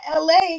LA